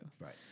right